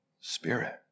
spirit